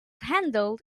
handled